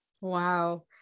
Wow